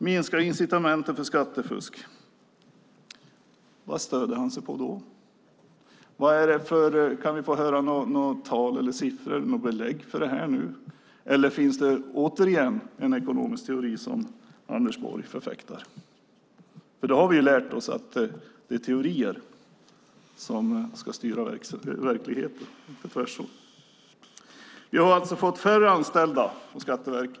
Minskade incitament för skattefusk - vad stöder finansministern sig på då? Kan vi få höra några siffror eller några belägg för det nu? Eller finns det återigen en ekonomisk teori som Anders Borg förfäktar? Vi har ju lärt oss att det är teorier som ska styra verkligheten, inte tvärtom. Vi har alltså fått färre anställda på Skatteverket.